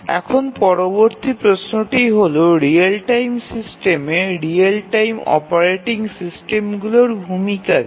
এখন পরবর্তী প্রশ্নটি হল রিয়েল টাইম সিস্টেমে রিয়েল টাইম অপারেটিং সিস্টেমগুলির ভূমিকা কী